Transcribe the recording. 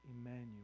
Emmanuel